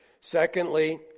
Secondly